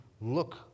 look